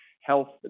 health